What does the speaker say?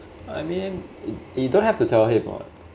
I mean you don't have to tell him on